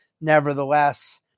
Nevertheless